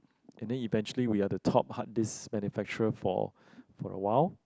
and then eventually we are the top hard disk manufacturer for for awhile